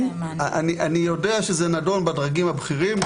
אני יודע שזה נדון בדרגים הבכירים.